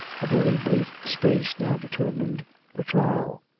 a very brief space now determined the trial.